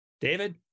David